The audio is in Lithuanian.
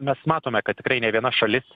mes matome kad tikrai ne viena šalis